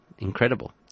Incredible